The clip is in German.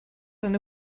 eine